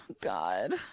God